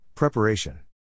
Preparation